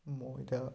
ময়দা